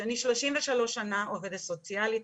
שאני 33 שנה עובדת סוציאלית,